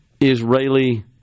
Israeli